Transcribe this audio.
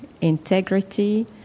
integrity